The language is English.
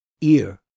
ear